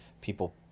people